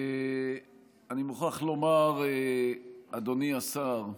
אני מוכרח לומר, אדוני השר,